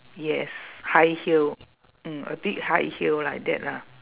yes high heel mm a bit high heel like that lah